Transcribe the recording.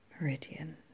Meridian